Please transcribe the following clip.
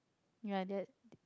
ya they are